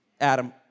Adam